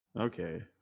Okay